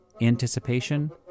anticipation